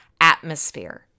atmosphere